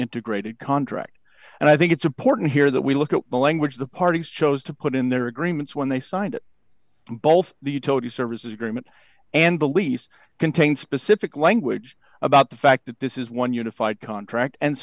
integrated contract and i think it's important here that we look at the language the parties chose to put in their agreements when they signed both the utility services agreement and the lease contains specific language about the fact that this is one unified contract and